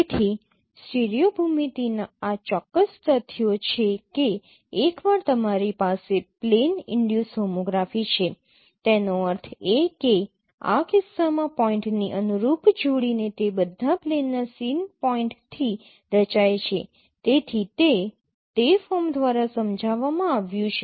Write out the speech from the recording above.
તેથી સ્ટીરિયો ભૂમિતિના આ ચોક્કસ તથ્યો છે કે એકવાર તમારી પાસે પ્લેન ઈનડ્યુસ હોમોગ્રાફી છે તેનો અર્થ એ કે આ કિસ્સામાં પોઇન્ટની અનુરૂપ જોડી તે બધા પ્લેનના સીન પોઇન્ટથી રચાય છે તેથી તે તે ફોર્મ દ્વારા સમજાવવામાં આવ્યું છે